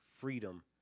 freedom